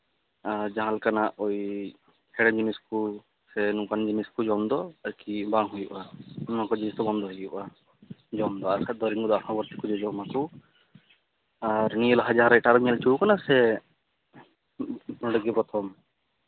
ᱟᱨ ᱡᱟᱦᱟᱸ ᱞᱮᱠᱟᱱᱟᱜ ᱳᱭ ᱦᱮᱲᱮᱢ ᱡᱤᱱᱤᱥ ᱠᱚ ᱥᱮ ᱱᱚᱝᱠᱟᱱ ᱡᱤᱱᱤᱥ ᱠᱚ ᱡᱚᱢᱫᱚ ᱟᱨᱠᱤ ᱵᱟᱝ ᱦᱩᱭᱩᱜᱼᱟ ᱚᱱᱟᱠᱚ ᱡᱤᱱᱤᱥ ᱫᱚ ᱵᱚᱱᱫᱚᱭ ᱦᱩᱭᱩᱜᱼᱟ ᱡᱚᱢ ᱫᱚ ᱟᱨ ᱵᱟᱠᱷᱟᱱ ᱟᱨᱦᱚᱸ ᱢᱚᱡᱽ ᱛᱮᱠᱚ ᱡᱚᱡᱚᱢᱟᱠᱚ ᱟᱨ ᱱᱤᱭᱟᱹ ᱞᱟᱦᱟ ᱡᱟᱦᱟᱸᱨᱮ ᱮᱴᱟᱜ ᱨᱮᱢ ᱧᱮᱞ ᱦᱚᱪᱚ ᱟᱠᱟᱱᱟ ᱥᱮ ᱱᱚᱸᱰᱮᱜᱮ ᱯᱨᱚᱛᱷᱚᱢ